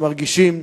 שמרגישים